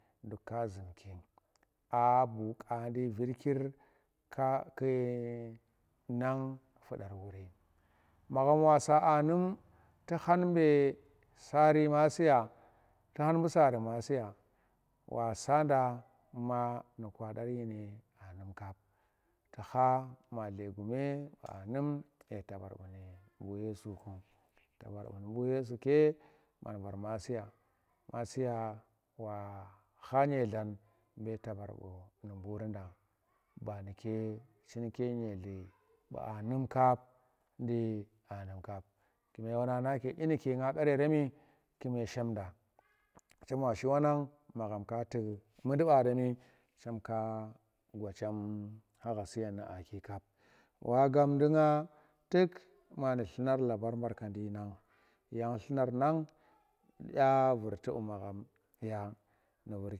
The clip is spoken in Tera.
Dukka zunki bu gandi vurikiri ku nang fudar wuri magham saa num tu khan be saari bu masiya, tu khan bu sari masiya wasada ma nu gwadar dyine anum kaptu kha ma dlegume ye tabar bunu bu yem ku taba bunu yeju ke man var masiya wa kha yeedlan be tabar bunu bu yesuku ba nuke chinke dyili aanum kap nu aanum kap kume wanang nake dyinuke nga gar yeremu chema shimda tu tuk mundi barani chem gwa chem kha sha suyen nu aaki kap wa gab nu nga tuk manu dlunar labar barkandi nang yang dlunar nang dya vurti bu magham ya nu.